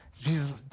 Jesus